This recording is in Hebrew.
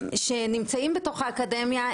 שמונים כ-400 איש אצלנו ונמצאים בתוך האקדמיה,